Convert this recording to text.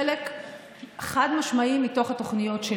יש טכניקות נוספות,